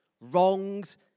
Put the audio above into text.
wrongs